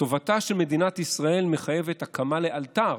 "טובתה של מדינת ישראל מחייבת הקמה לאלתר